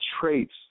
traits